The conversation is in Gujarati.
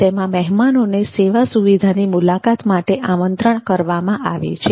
તેમાં મહેમાનોને સેવા સુવિધાની મુલાકાત માટે આમંત્રણ કરવામાં આવે છે